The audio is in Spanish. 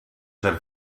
ser